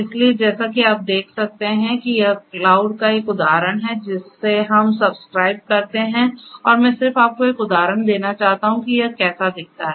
इसलिए जैसा कि आप देख सकते हैं कि यह क्लाउड का एक उदाहरण है जिसे हम सब्सक्राइब करते हैं और मैं सिर्फ आपको एक उदाहरण देना चाहता हूं कि यह कैसा दिखता है